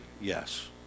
Yes